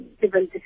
civil